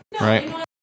Right